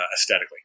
aesthetically